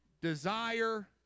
desire